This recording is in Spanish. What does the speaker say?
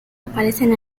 aparecen